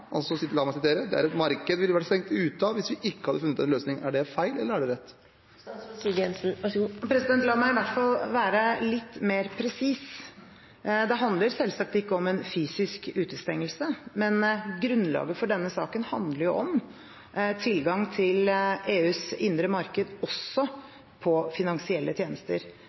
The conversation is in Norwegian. La meg sitere igjen: «Det er et marked vi ville vært stengt ute fra hvis vi ikke hadde funnet en løsning.» Er det feil, eller er det rett? La meg i hvert fall være litt mer presis. Det handler selvsagt ikke om en fysisk utestengelse, men grunnlaget for denne saken handler jo om tilgang til EUs indre marked også på finansielle tjenester.